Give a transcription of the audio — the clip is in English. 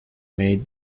made